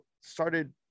started